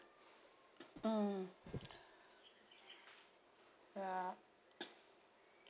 mm ya